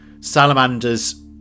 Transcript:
salamanders